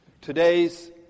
Today's